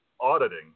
auditing